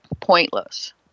pointless